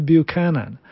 Buchanan